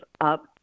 up